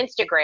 Instagram